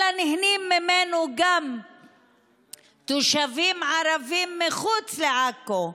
אלא נהנים ממנו גם תושבים ערבים מחוץ לעכו,